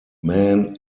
men